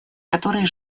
которые